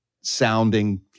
sounding